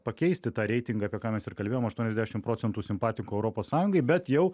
pakeisti tą reitingą apie ką mes ir kalbėjom aštuoniasdešimt procentų simpatikų europos sąjungai bet jau